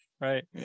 right